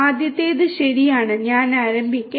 ആദ്യത്തേത് ശരിയാണ് ഞാൻ ആരംഭിക്കും